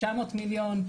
900 מיליון,